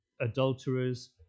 adulterers